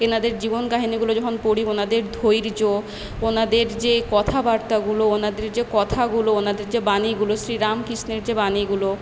এঁনাদের জীবন কাহিনিগুলো যখন পড়ি ওঁনাদের ধৈর্য ওঁনাদের যে কথাবার্তাগুলো ওঁনাদের যে কথাগুলো ওঁনাদের যে বাণীগুলো শ্রী রামকৃষ্ণের যে বাণীগুলো